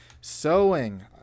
Sewing